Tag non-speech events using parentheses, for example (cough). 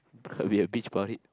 (laughs) and be a bitch about it